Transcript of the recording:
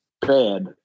bad